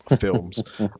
films